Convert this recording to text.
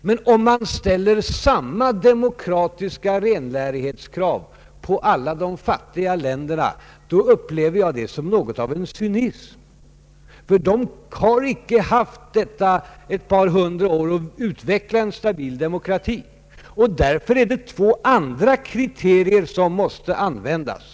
Men om man ställer samma demokratiska renlärighetskrav på alla de fattiga länderna upplever jag det som något av en cynism eftersom dessa länder icke haft ett par hundra år på sig att utveckla en stabil demokrati. Därför är det två andra kriterier som måste användas.